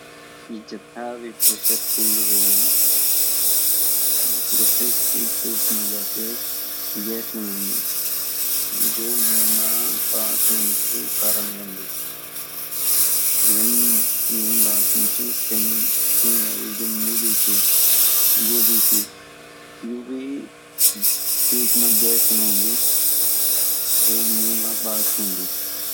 ये जो heavy processed food पेट मा जयते गैस बनोदु जो मुँह मा बांस औन्दु कारण बन्दु यन बात नी च कई बारी जो मूली च गोभी च वि पेट मा गैस बनोदु तो मुँह मा बांस होंदी